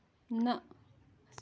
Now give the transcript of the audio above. نَہ